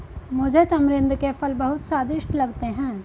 मुझे तमरिंद के फल बहुत स्वादिष्ट लगते हैं